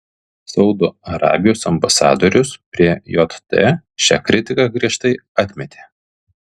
saudo arabijos ambasadorius prie jt šią kritiką griežtai atmetė